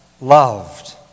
loved